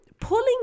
Pulling